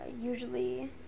usually